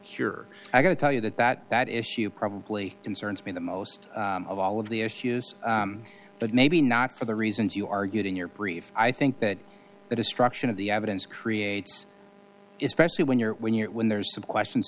cure i got to tell you that that that issue probably concerns me the most of all of the issues but maybe not for the reasons you argued in your brief i think that the destruction of the evidence creates is specially when you're when you're when there's some question